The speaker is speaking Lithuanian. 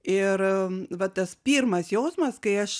ir va tas pirmas jausmas kai aš